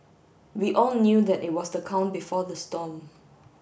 we all knew that it was the calm before the storm